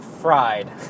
fried